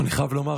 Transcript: אני חייב לומר,